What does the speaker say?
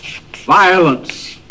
Violence